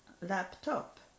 laptop